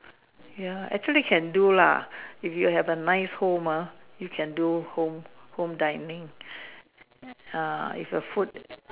ya actually can do lah if you have a nice home ah you can do home home dining uh if the food